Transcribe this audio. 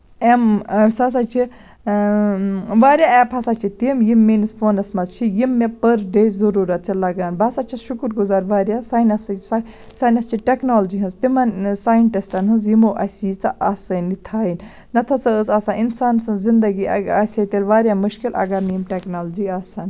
M سُہ سا چھِ واریاہ ایٚپ ہسا چھِ تِم یِم میٲنِس فونَس منٛز چھِ یِم مےٚ پٔر ڈے ضرورت چھِ لگان بہٕ سا چھَس شُکُر گُزاز واریاہ ساینَسٕچ ساینَسچہِ ٹیکنالجی ہنٛز تِمن ساینٹسٹن ہنٛز یِمو اَسہِ ییٖژاہ آسٲنی تھایہِ نہ تہٕ ہسا ٲسۍ آسان اِنسان سٕنٛز زِندگی آسہِ ہے تیٚلہِ واریاہ مُشکِل اَگر نہٕ یِم ٹیکنالجی آسہٕ ہن